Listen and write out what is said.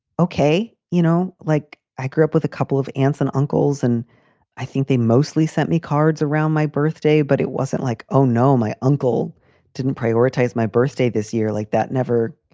okay. you know, like, i grew up with a couple of aunts and uncles and i think they mostly sent me cards around my birthday, but it wasn't like, oh, no, my uncle didn't prioritize my birthday this year like that. never.